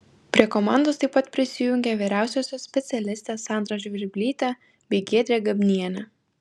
prie komandos taip pat prisijungė vyriausiosios specialistės sandra žvirblytė bei giedrė gabnienė